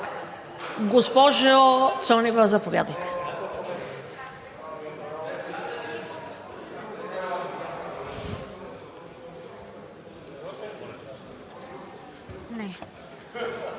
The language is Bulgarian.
Госпожо Цонева, заповядайте.